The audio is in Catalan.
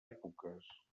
èpoques